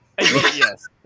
Yes